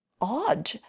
odd